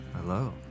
Hello